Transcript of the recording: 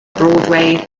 broadway